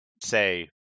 say